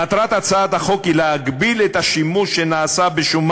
מטרת הצעת החוק היא להגביל את השימוש בשומן